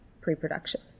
pre-production